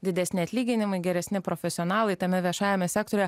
didesni atlyginimai geresni profesionalai tame viešajame sektoriuje